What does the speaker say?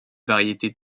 variété